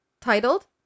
titled